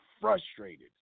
frustrated